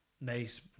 nice